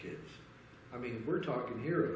kids i mean we're talking here